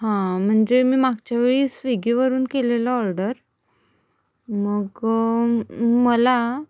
हां म्हणजे मी मागच्या वेळी स्विगीवरून केलेलं ऑर्डर मग मला